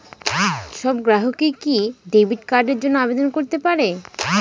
সব গ্রাহকই কি ডেবিট কার্ডের জন্য আবেদন করতে পারে?